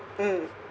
mm